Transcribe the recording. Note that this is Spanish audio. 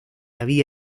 había